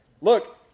Look